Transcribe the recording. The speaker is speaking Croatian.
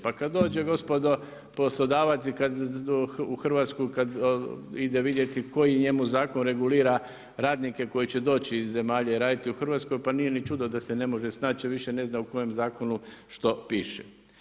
Pa kad dođe gospodo poslodavac u Hrvatsku i kad ide vidjeti koji njemu zakon regulira radnike koji će doći iz zemalja i raditi u Hrvatskoj, pa nije ni čudo da se ne može snaći jer više ne zna u kojem zakonu što piše.